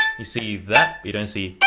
you see that. you don't see.